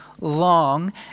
long